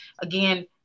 again